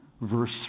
verse